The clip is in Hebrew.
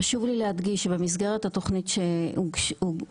חשוב לי להדגיש שבמסגרת התוכנית שמוגשת